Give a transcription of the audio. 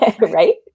Right